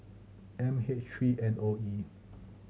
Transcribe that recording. M H three N O E